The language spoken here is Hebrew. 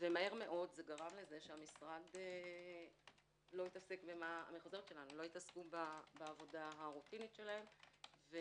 מהר מאוד זה גרם לזה שהמשרד לא התעסקו בעבודה הרוטינית שלהם,